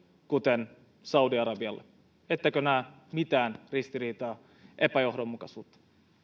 kuten saudi arabia ettekö näe mitään ristiriitaa epäjohdonmukaisuutta